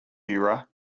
era